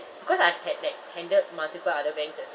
cause I had that handled multiple other banks as